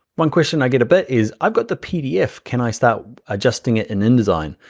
one question i get a bit is i've got the pdf, can i start adjusting it in indesign?